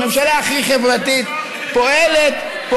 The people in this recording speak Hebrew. הממשלה הכי חברתית פועלת, יוסי, איזה ארטיק?